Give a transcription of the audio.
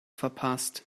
verpasst